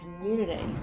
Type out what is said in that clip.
community